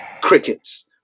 Crickets